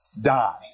die